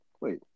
wait